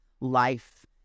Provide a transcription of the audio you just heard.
life